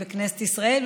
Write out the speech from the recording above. בכנסת ישראל,